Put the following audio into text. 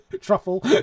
truffle